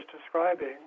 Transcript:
describing